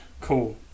Cool